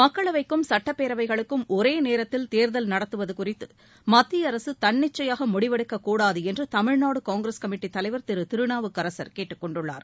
மக்களவைக்கும் சட்டப்பேரவைகளுக்கும் ஒரே நேரத்தில் தேர்தல் நடத்துவது குறித்து மத்திய அரசு தன்னிச்சையாக முடிவெடுக்கக் கூடாது என்று தமிழ்நாடு காங்கிரஸ் கமிட்டித் தலைவர் திரு திருநாவுக்கரசர் கேட்டுக் கொண்டுள்ளார்